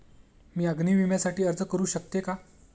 मी अग्नी विम्यासाठी अर्ज करू शकते का?